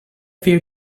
few